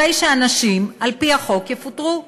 הרי שאנשים על-פי החוק יפוטרו.